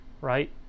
right